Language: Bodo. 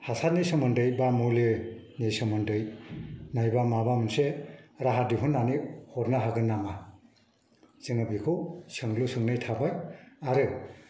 हासारनि सोमोन्दै बा मुलिनि सोमोन्दै नङाबा माबा मोनसे राहा दिहुननानै हरनो हागोन नामा जोङो बेखौ सोंलु सोंनाय थाबाय आरो